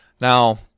now